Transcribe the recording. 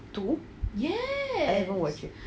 two I haven't watch it